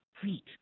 feet